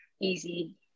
easy